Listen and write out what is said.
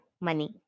money